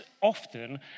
often